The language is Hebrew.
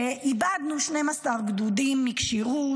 שאיבדנו 12 גדודים מכשירות,